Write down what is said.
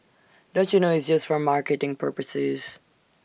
don't you know it's just for marketing purposes